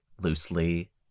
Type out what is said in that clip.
loosely